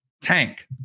tank